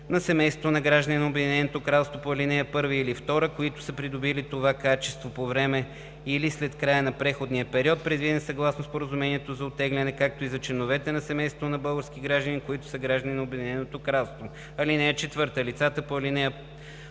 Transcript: на семейството на гражданин на Обединеното кралство по ал. 1 или 2, които са придобили това качеството по време или след края на преходния период, предвиден съгласно Споразумението за оттегляне, както и за членовете на семейството на български гражданин, които са граждани на Обединеното кралство. (4) Лицата по ал.